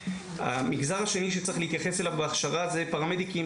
המגזר השני שצריך להתייחס אליהם בהכשרה זה פרמדיקים